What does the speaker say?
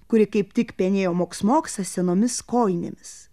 kuri kaip tik penėjo moksmoksą senomis kojinėmis